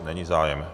Není zájem.